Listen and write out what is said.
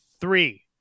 Three